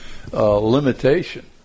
Limitation